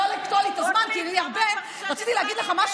למה את צריכה להגן עליו,